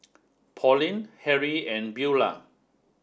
Pauline Harry and Beula